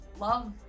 love